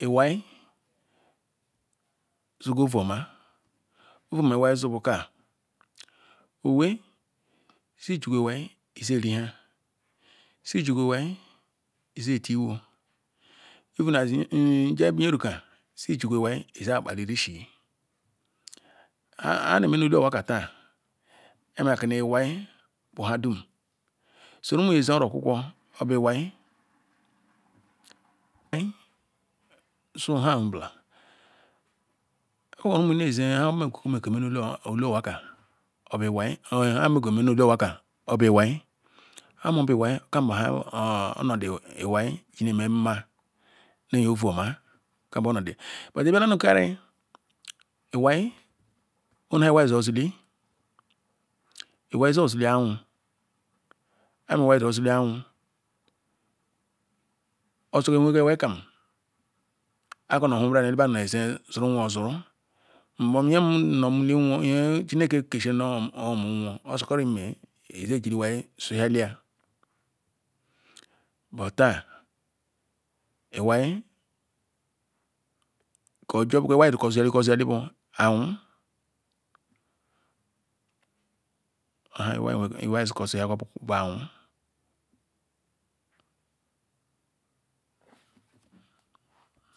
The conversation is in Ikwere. Iwai zugu ova omah owu omah iwai zi bu kah owei si ljigwu iwai ize-eri nha si ijiguru iwai ize eti uwoh even as nge bu nyeruka si igigwu iwai iza kpalili ishi nhe ayi neh meh nu elu-owa kah tah imah kmi iwai bu nha dum soro umi neh zeh oro okukwo obu wai nhi su nhe obula obu umu neh ezeh keh nu koh emeh elu mah kah obu iwai nham nchoro neh imeh ni elu mah kah obu iwai nma nhe-eyeh ovu nmah ka bu-omodi ebiala nikani wai ewere nhe iwai zo ozuli iwai ozuli ahwu arm lwai zozuli ahoou ochogo Eweh iwai kam atikomo ohum ele badu neh ezeh zuru nnoi ozuru m bom nye imuli nweoi nye chineke nkesiri noh nwri ozikorom imeh ineh jiri iwai zu hah liya but tah iwai keh ojoh-ah zuyali bu ahwu orh nhe iwai noh zuyali bu ahwu.